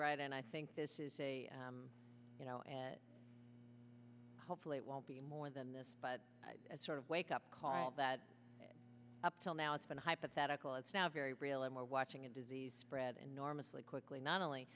right and i think this is a you know hopefully it won't be more than this but as a sort of wake up call that up till now it's been hypothetical it's now very real and we're watching a disease spread enormously quickly not only